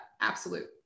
absolute